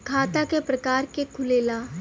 खाता क प्रकार के खुलेला?